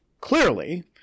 clearly